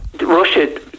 Russia